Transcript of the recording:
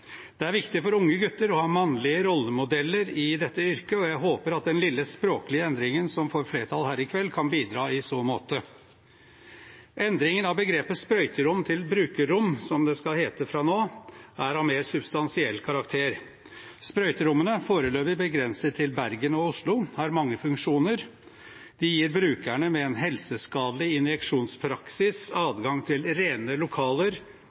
Det er viktig for unge gutter å ha mannlige rollemodeller i dette yrket, og jeg håper at den lille språklige endringen som får flertall her i kveld, kan bidra i så måte. Endringen av begrepet «sprøyterom» til «brukerrom», som det skal hete fra nå av, er av mer substansiell karakter. Sprøyterommene, foreløpig begrenset til Bergen og Oslo, har mange funksjoner. De gir brukere med en helseskadelig injeksjonspraksis adgang til rene lokaler,